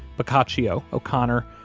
boccaccio, o'connor,